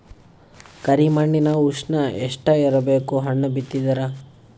ಕರಿ ಮಣ್ಣಿನ ಉಷ್ಣ ಎಷ್ಟ ಇರಬೇಕು ಹಣ್ಣು ಬಿತ್ತಿದರ?